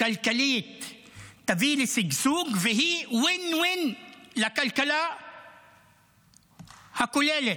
תביא לשגשוג, והיא win-win לכלכלה הכוללת.